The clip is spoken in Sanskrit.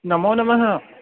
नमो नमः